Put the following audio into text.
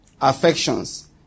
affections